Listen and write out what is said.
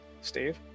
Steve